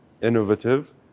innovative